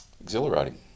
exhilarating